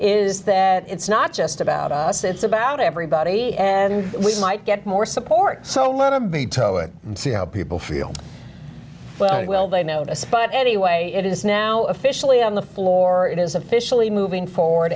is that it's not just about us it's about everybody and we might get more support so let a veto it and see how people feel but will they notice but anyway it is now officially on the floor it is officially moving forward